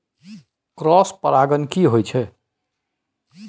Cross परागण की होयत छै?